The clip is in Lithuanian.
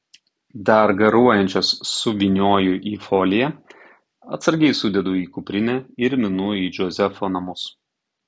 dar garuojančias suvynioju į foliją atsargiai sudedu į kuprinę ir minu į džozefo namus